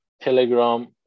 Telegram